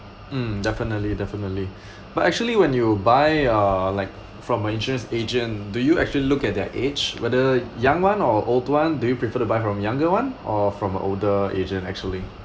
mm definitely definitely but actually when you buy uh like from a insurance agent do you actually look at their age whether young one or old one do you prefer to buy from younger one or from older agent actually